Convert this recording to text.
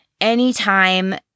Anytime